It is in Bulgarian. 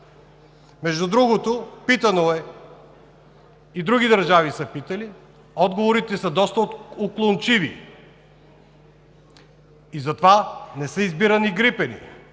Между другото, питано е – и други държави са питали, отговорите са доста уклончиви и затова не са избирани грипени,